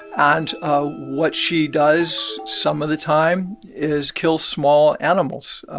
and ah what she does some of the time is kill small animals,